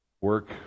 Work